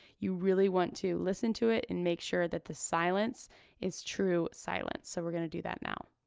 you really want to listen to it and make sure that the silence is true silence. so we're gonna do that now.